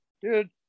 dude